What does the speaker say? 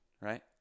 right